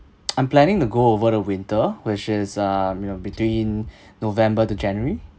I'm planning to go over the winter which is uh you know between november to january